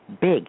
big